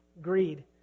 Greed